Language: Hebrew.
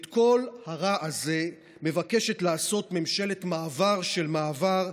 את כל הרע הזה מבקשת לעשות ממשלת מעבר של מעבר,